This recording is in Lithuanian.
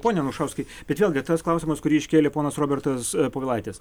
pone anušauskai bet vėlgi tas klausimas kurį iškėlė ponas robertas povilaitis